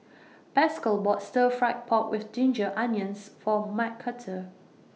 Pascal bought Stir Fry Pork with Ginger Onions For Mcarthur